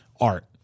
art